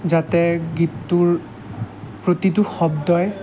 যাতে গীতটোৰ প্ৰতিটো শব্দই